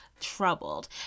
troubled